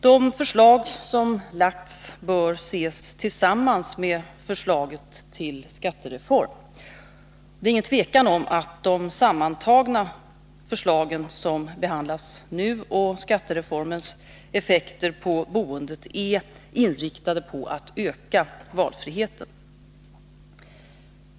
De förslag som lagts fram bör ses tillsammans med förslaget till skattereform. Det råder inget tvivel om att de sammantagna förslagen som behandlas nu och skattereformens effekter på boendet är inriktade på att öka valfriheten.